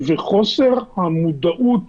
וחוסר המודעות